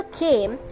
came